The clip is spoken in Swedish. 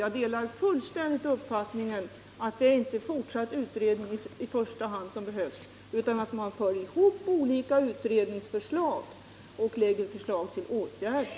Jag delar fullständigt den uppfattningen att vi i första hand inte behöver fortsatta utredningar. Däremot bör vi föra ihop olika utredningsförslag och lägga fram förslag till åtgärder.